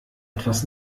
etwas